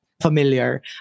familiar